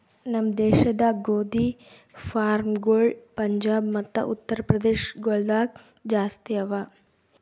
ನಮ್ ದೇಶದಾಗ್ ಗೋದಿ ಫಾರ್ಮ್ಗೊಳ್ ಪಂಜಾಬ್ ಮತ್ತ ಉತ್ತರ್ ಪ್ರದೇಶ ಗೊಳ್ದಾಗ್ ಜಾಸ್ತಿ ಅವಾ